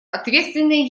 ответственный